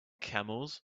camels